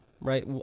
right